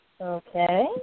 Okay